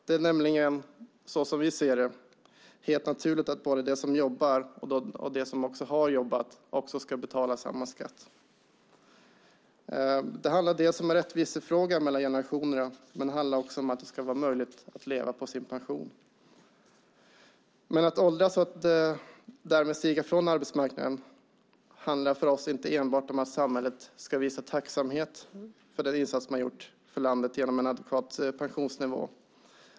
Det är nämligen, som vi ser det, helt naturligt att både de som jobbar och de som har jobbat ska betala samma skatt. Det är en fråga om rättvisa mellan generationerna, men det handlar också om att det ska vara möjligt att leva på sin pension. Men att åldras och att därmed stiga från arbetsmarknaden handlar för oss inte enbart om att samhället ska visa tacksamhet för den insats man gjort för landet genom en adekvat pensionsnivå.